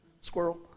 Squirrel